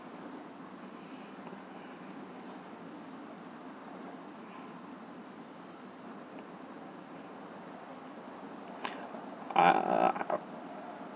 ah